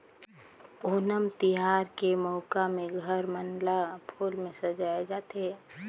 ओनम तिहार के मउका में घर मन ल फूल में सजाए जाथे